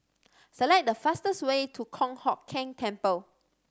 select the fastest way to Kong Hock Keng Temple